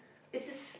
is just